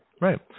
Right